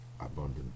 abundant